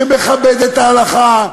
שמכבד את ההלכה,